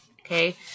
Okay